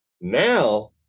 Now